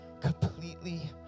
completely